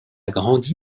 grandi